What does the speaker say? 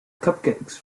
cupcakes